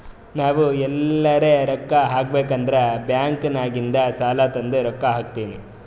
ನಾವ್ ಎಲ್ಲಾರೆ ರೊಕ್ಕಾ ಹಾಕಬೇಕ್ ಅಂದುರ್ ಬ್ಯಾಂಕ್ ನಾಗಿಂದ್ ಸಾಲಾ ತಂದಿ ರೊಕ್ಕಾ ಹಾಕ್ತೀನಿ